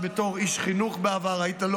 זאת היא ההמלצה שלהם, בין היתר,